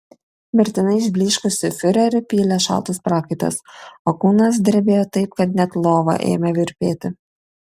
mirtinai išblyškusį fiurerį pylė šaltas prakaitas o kūnas drebėjo taip kad net lova ėmė virpėti